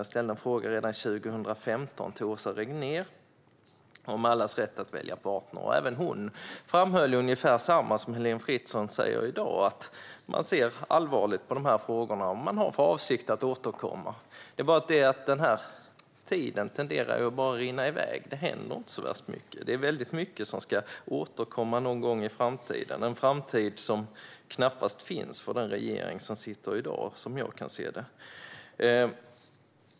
Jag ställde en fråga redan 2015 till Åsa Regnér om allas rätt att välja partner. Hon framhöll ungefär detsamma som Heléne Fritzon säger i dag: att man ser allvarligt på dessa frågor och att man har för avsikt att återkomma. Det är bara det att tiden tenderar att rinna iväg. Det händer inte så värst mycket. Det är väldigt mycket som ska återkomma någon gång i framtiden. Det är en framtid som knappast finns för den regering som sitter i dag, som jag ser det.